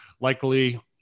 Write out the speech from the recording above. likely